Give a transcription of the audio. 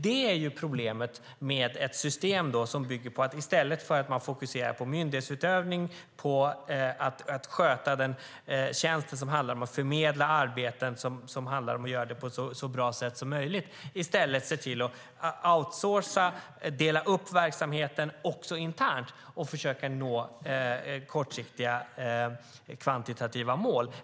Det är problemet med ett system som bygger på att i stället för att fokusera på myndighetsutövning och förmedla arbeten på ett så bra som sätt som möjligt outsourca och dela upp verksamheten, också internt, och försöka nå kortsiktiga kvantitativa mål.